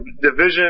division